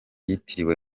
yitiriwe